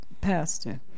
Pastor